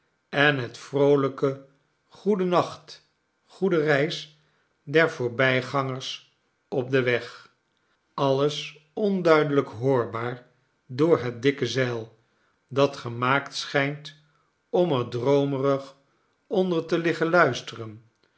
en het vroolijke goede nacht goede reis der voorbijgangers op den weg alles onduidelijk hoorbaar door het dikke zeil dat gemaakt schijnt om er droomerig onder te liggen luisteren